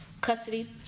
custody